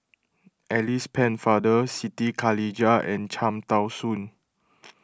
Alice Pennefather Siti Khalijah and Cham Tao Soon